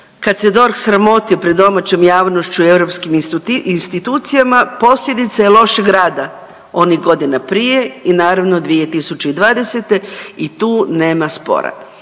kad se DORH sramoti pred domaćom javnošću i europskim institucijama posljedica je lošeg rada onih godina prije i naravno i 2020. i tu nema spora.